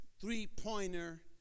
three-pointer